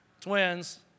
twins